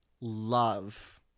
love